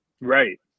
Right